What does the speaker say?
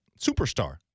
superstar